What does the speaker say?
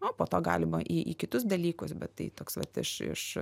o po to galima į į kitus dalykus bet tai toks vat iš iš